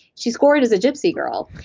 she scored as a gypsy girl,